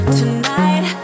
tonight